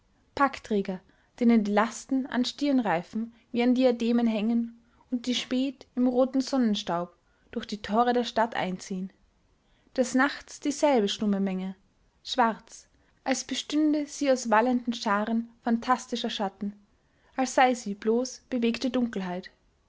packträger denen die lasten an stirnreifen wie an diademen hängen und die spät im roten sonnenstaub durch die tore der stadt einziehen des nachts dieselbe stumme menge schwarz als bestünde sie aus wallenden scharen phantastischer schatten als sei die bloß bewegte dunkelheit